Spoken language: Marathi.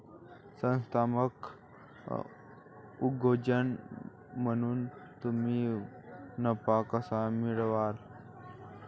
संस्थात्मक उद्योजक म्हणून तुम्ही नफा कसा मिळवाल?